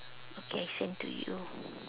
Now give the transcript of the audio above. okay I send to you